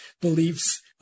beliefs